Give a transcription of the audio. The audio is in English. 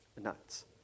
nuts